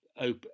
open